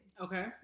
Okay